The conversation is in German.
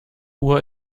uhr